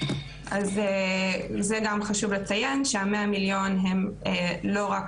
גם חשוב לציין שה-100 מיליון הם לא רק